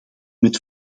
met